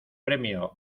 premios